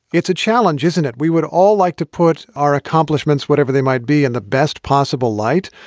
it's a challenge, isn't it? we would all like to put our accomplishments, whatever they might be, in the best possible light,